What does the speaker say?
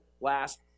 last